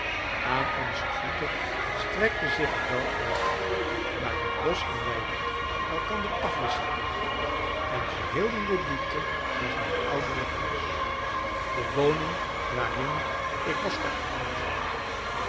aan onze voeten strekte zich het dal uit waarin bosch en weiland elkander afwisselden en geheel in de diepte lag mijn ouderlijk huis de woning waarin ik was opgevoed